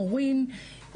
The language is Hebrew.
מורים,